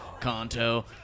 Kanto